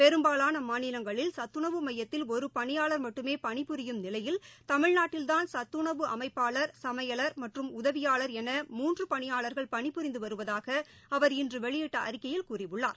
பெரும்பாலான மாநிலங்களில் சத்துணவு மமயத்தில் ஒரு பணியாளர் மட்டுமே பணி புரியும் நிலையில் தமிழ்நாட்டில்தான் சத்துணவு அமைப்பாளா சமையலர் மற்றும் உதவியாளர் என மூன்று பணியாளர்கள் பணி புரிந்து வருவதாக அவர் இன்று வெளியிட்ட அறிக்கையில் கூறியுள்ளார்